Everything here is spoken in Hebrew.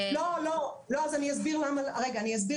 לא, אז אני אסביר למה לא.